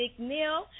McNeil